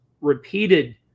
repeated